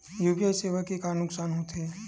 UPI सेवाएं के का नुकसान हो थे?